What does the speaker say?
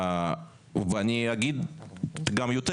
ואני אגיד יותר,